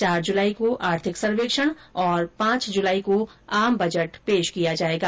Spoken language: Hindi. चार जुलाई को आर्थिक सर्वेक्षण और पांच जुलाई को आम बजट पेश किया जाएगा